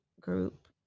group